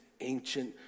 ancient